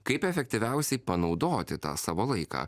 kaip efektyviausiai panaudoti tą savo laiką